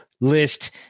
list